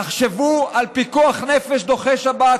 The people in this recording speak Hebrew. תחשבו על פיקוח נפש דוחה שבת,